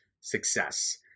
success